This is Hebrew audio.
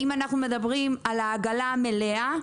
אם אנחנו מדברים על העגלה המלאה,